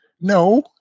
No